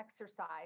exercise